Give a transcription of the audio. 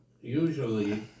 usually